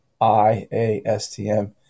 IASTM